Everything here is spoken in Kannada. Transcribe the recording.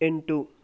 ಎಂಟು